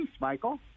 Michael